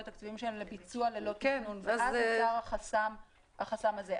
זה יכול להיות תקציבים שהם לביצוע ללא תכנון ואז נוצר החסם הזה.